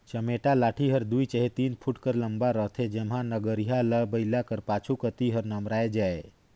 चमेटा लाठी हर दुई चहे तीन फुट लम्मा रहथे जेम्हा नगरिहा ल बइला कर पाछू कती हर लमराए जाए